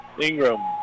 Ingram